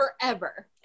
Forever